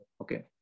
Okay